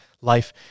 life